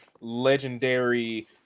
legendary